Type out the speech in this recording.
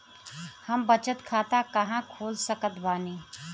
हम बचत खाता कहां खोल सकत बानी?